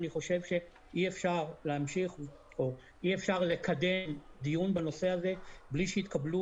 אני חושב שאי אפשר לקדם דיון בנושא הזה בלי שיתקבלו